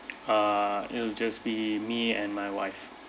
uh it'll just be me and my wife